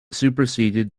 superseded